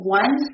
one